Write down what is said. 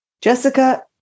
Jessica